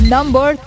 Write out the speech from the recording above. Number